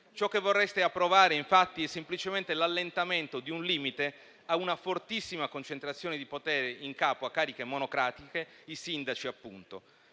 Ciò che vorreste approvare, infatti, è semplicemente l'allentamento di un limite a una fortissima concentrazione di potere in capo a cariche monocratiche, ovvero i sindaci; un